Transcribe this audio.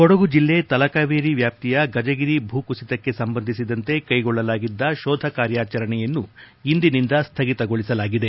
ಕೊಡಗು ಜಿಲ್ಲೆ ತಲಕಾವೇರಿ ವ್ಯಾಪ್ತಿಯ ಗಜಗಿರಿ ಭೂಕುಸಿತಕ್ಕೆ ಸಂಬಂಧಿಸಿದಂತೆ ಕೈಗೊಳ್ಳಲಾಗಿದ್ದ ಶೋಧ ಕಾರ್ಯಾಚರಣೆಯನ್ನು ಇಂದಿನಿಂದ ಸ್ಥಗಿತಗೊಳಿಸಲಾಗಿದೆ